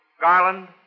Garland